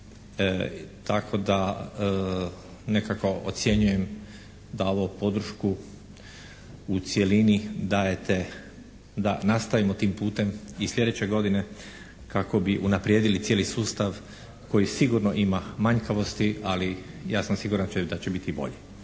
Tako da nekako ocjenjujem davao podršku u cjelini dajete da nastavimo tim putem u sljedeće godine kako bi unaprijedili cijeli sustav koji sigurno ima manjkavosti, ali ja sam siguran da će biti i bolji.